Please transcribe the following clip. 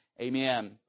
Amen